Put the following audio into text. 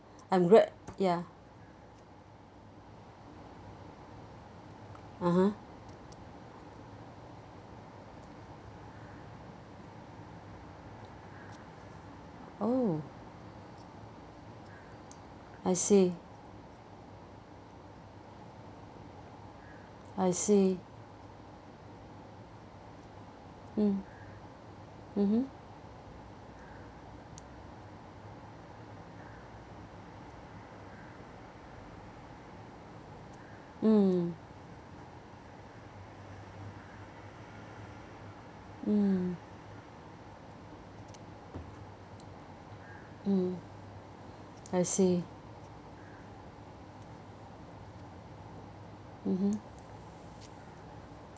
I'm glad ya (uh huh) oh I see I see mm mmhmm mm mm mm I see mmhmm